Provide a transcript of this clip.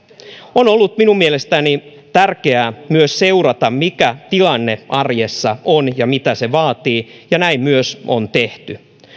on ollut minun mielestäni tärkeää myös seurata mikä tilanne arjessa on ja mitä se vaatii ja näin myös on tehty